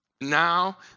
Now